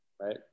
right